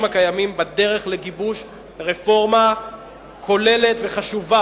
הקיימים בדרך לגיבוש רפורמה כוללת וחשובה,